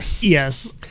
yes